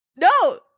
No